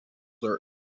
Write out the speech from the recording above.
are